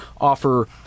offer